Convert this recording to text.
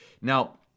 Now